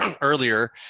earlier